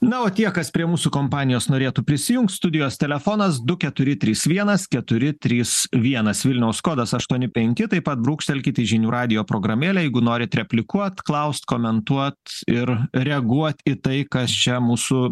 na o tie kas prie mūsų kompanijos norėtų prisijungt studijos telefonas du keturi trys vienas keturi trys vienas vilniaus kodas aštuoni penki taip pat brūkštelkit į žinių radijo programėlę jeigu norit replikuot klaust komentuot ir reaguot į tai kas čia mūsų